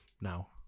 now